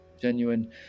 genuine